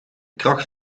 kracht